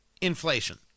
inflation